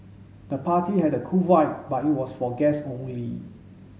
the party had a cool vibe but it was for guest only